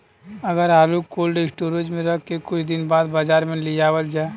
अगर आलू cold storage में रख के कुछ दिन बाद बाजार में लियावल जा?